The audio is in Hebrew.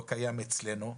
לא קיים אצלנו.